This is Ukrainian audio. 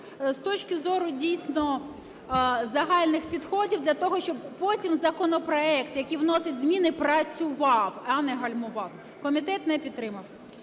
З точки зору, дійсно, загальних підходів, для того щоб потім законопроект, який вносить зміни працював, а не гальмував, комітет не підтримав.